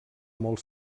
molt